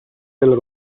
della